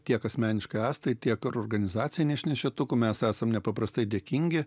tiek asmeniškai astai tiek ar organizacijai neišnešiotumu mes esam nepaprastai dėkingi